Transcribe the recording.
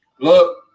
Look